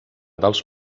dels